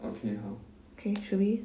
可以 should we